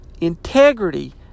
Integrity